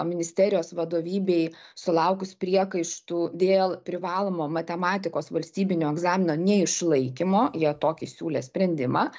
ministerijos vadovybei sulaukus priekaištų dėl privalomo matematikos valstybinio egzamino neišlaikymo jie tokį siūlė sprendimą